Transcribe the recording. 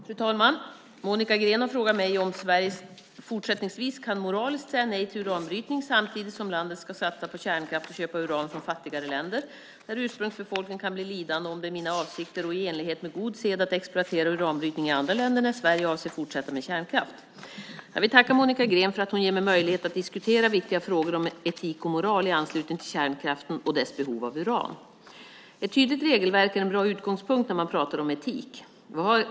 Fru talman! Monica Green har frågat mig om Sverige fortsättningsvis moraliskt kan säga nej till uranbrytning samtidigt som landet ska satsa på kärnkraft och köpa uran från fattigare länder där ursprungsbefolkningen kan bli lidande och om det är mina avsikter och i enlighet med god sed att exploatera uranbrytning i andra länder när Sverige avser att fortsätta med kärnkraft. Jag vill tacka Monica Green för att hon ger mig möjlighet att diskutera viktiga frågor om etik och moral i anslutning till kärnkraften och dess behov av uran. Ett tydligt regelverk är en bra utgångspunkt när man talar om etik.